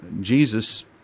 Jesus